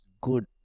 good